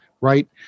right